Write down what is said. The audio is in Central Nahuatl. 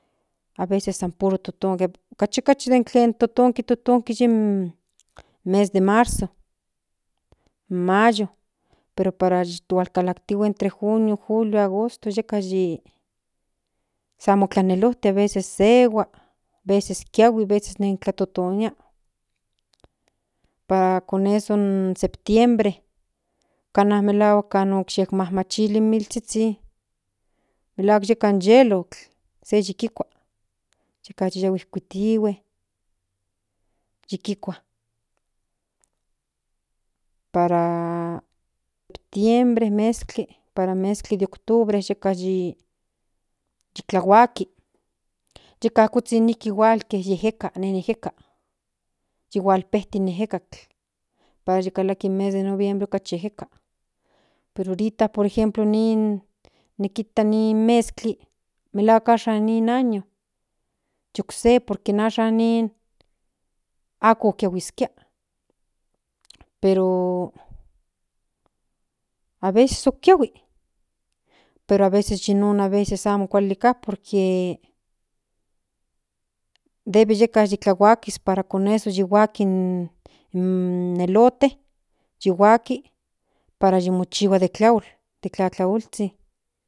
Aveces an puro totonki kachi den tlen totonki yi in mes de marzo mayo pero parra hualkalajtihue entre junio julio agosto yeka san mo tlanelojti aveces sahua aveces kuahi aveces nen tlatotonia para con eso in septiembre kana melahuak ka nokchimamachili in milpa melahuak yeka in yelot se yikikua yeka yi yahue kuitihue yi kikua para septiembre mezkli para mezkli de octubre yeka yi tlahuaki yeka kuzhin igual ni ejeka nen ejeka yi hualpejti in ejekatl para yikalaki in mes de noviembre okachi ejeka pero ahoriata por ejemplo nin nikita nin mezkli melahuak ashan nin año yi okse por que ashan nin ako kiahuiskia pero aveces okiahui pero aveces yinon aveces amo kuali ka por que debe yeka yi tlahuakis para con eso yi huaki in elote yihuaki para yimochihua de tlaol de tlatlaolzhin